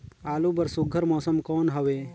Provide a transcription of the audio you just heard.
आलू बर सुघ्घर मौसम कौन हवे?